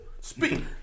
speak